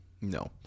No